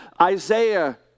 Isaiah